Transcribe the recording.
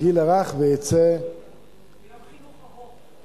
ויום חינוך ארוך.